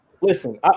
listen